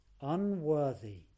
unworthy